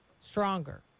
stronger